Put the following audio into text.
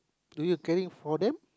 do you caring for them